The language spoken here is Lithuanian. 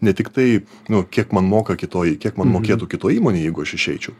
ne tiktai nu kiek man moka kitoj kiek man mokėtų kitoj įmonėj jeigu aš išeičiau